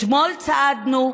אתמול צעדנו,